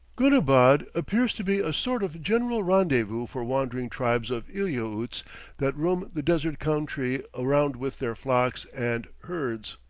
goonabad appears to be a sort of general rendezvous for wandering tribes of eliautes that roam the desert country around with their flocks and herds,